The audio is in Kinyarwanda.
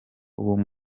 ubu